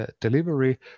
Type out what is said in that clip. delivery